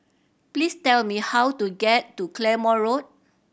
please tell me how to get to Claymore Road